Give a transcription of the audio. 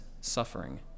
suffering